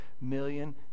million